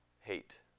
hate